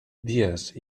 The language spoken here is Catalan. dies